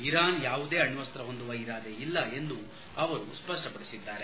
Iran ಯಾವುದೇ ಅಣ್ಣಸ್ತ ಹೊಂದುವ ಇರಾದೆ ಇಲ್ಲ ಎಂದು ಅವರು ಸ್ವಷ್ಷಪಡಿಸಿದ್ದಾರೆ